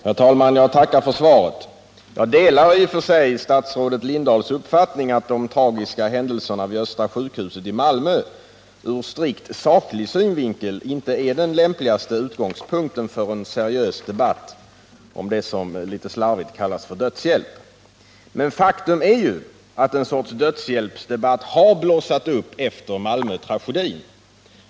Herr talman! Jag tackar för svaret. Jag delar i och för sig statsrådet Lindahls uppfattning, att de tragiska händelserna vid Östra sjukhuset i Malmö ur strikt saklig synvinkel inte är den lämpligaste utgångspunkten för en seriös debatt om det som litet slarvigt kallas för dödshjälp. Men faktum är ju att en dödshjälpsdebatt har blossat upp efter Malmötragedin.